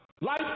life